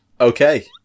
okay